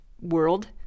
world